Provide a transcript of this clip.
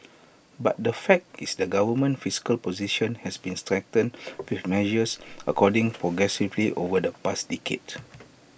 but the fact is the government's fiscal position has been strengthened with measures according progressively over the past decade